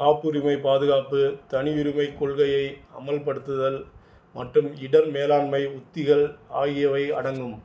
காப்புரிமை பாதுகாப்பு தனியுரிமை கொள்கையை அமல்படுத்துதல் மற்றும் இடர் மேலாண்மை உத்திகள் ஆகியவை அடங்கும்